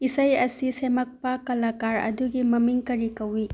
ꯏꯁꯩ ꯑꯁꯤ ꯁꯦꯝꯂꯛꯄ ꯀꯂꯀꯥꯔ ꯑꯗꯨꯒꯤ ꯃꯃꯤꯡ ꯀꯔꯤ ꯀꯧꯏ